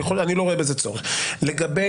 מה לגבי